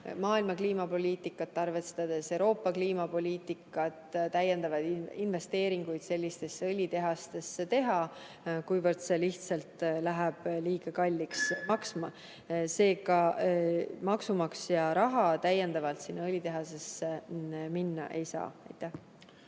maailma kliimapoliitikat ja Euroopa kliimapoliitikat, täiendavaid investeeringuid sellistesse õlitehastesse teha, kuivõrd see lihtsalt läheb liiga kalliks maksma. Seega, maksumaksja raha täiendavalt sinna õlitehasesse minna ei saa.